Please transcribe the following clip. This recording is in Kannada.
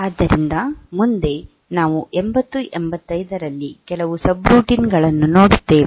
ಆದ್ದರಿಂದ ಮುಂದೆ ನಾವು 8085 ರಲ್ಲಿ ಕೆಲವು ಸಬ್ರೂಟೀನ್ಗಳನ್ನು ನೋಡುತ್ತೇವೆ